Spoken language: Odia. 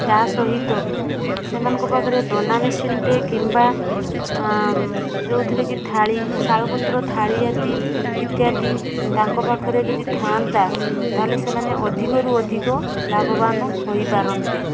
ତା ସହିତ ସେମାନଙ୍କ ପାଖରେ ଦନା ମେସିନ୍ ଟିଏ କିମ୍ବା ଯେଉଁଥିରେ କି ଥାଳି ଶାଳପତ୍ର ଥାଳି ଆଦି ଇତ୍ୟାଦି ତାଙ୍କ ପାଖରେ ଯଦି ଥାଆନ୍ତା ତାହେଲେ ସେମାନେ ଅଧିକରୁ ଅଧିକ ଲାଭବାନ ହୋଇପାରନ୍ତେ